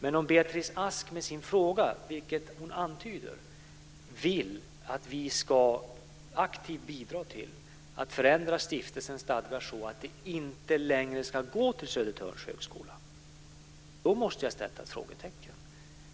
Men om Beatrice Ask med sin fråga vill att vi aktivt ska bidra till att förändra stiftelsens stadgar så att medlen inte längre ska gå till Södertörns högskola, vilket hon antyder, då måste jag sätta ett frågetecken.